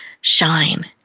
shine